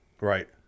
Right